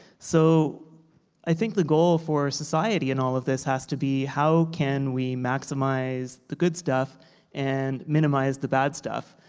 so i think the goal for society in all of this has to be, how can we maximise the good stuff and minimise the bad stuff?